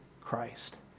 Christ